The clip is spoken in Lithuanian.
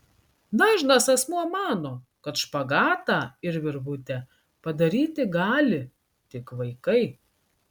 dažnas asmuo mano kad špagatą ir virvutę padaryti gali tik vaikai